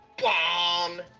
Bomb